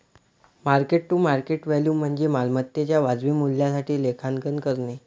mark to market value म्हणजे मालमत्तेच्या वाजवी मूल्यासाठी लेखांकन करणे